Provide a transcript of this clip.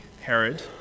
Herod